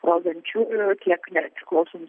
valdančiųjų tiek nepriklausomų